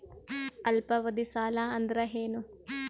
ಅಲ್ಪಾವಧಿ ಸಾಲ ಅಂದ್ರ ಏನು?